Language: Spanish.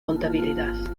contabilidad